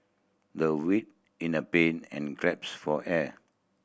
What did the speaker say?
the writhed in a pain and grapes for air